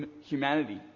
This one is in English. humanity